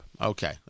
Okay